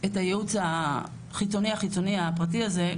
את הייעוץ החיצוני החיצוני הפרטי הזה.